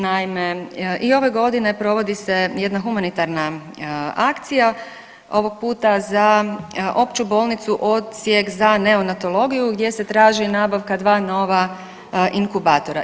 Naime i ove godine provodi se jedna humanitarna akcija ovog puta za opću bolnicu odsjek za neonatologiju gdje se traži nabavka dva nova inkubatora.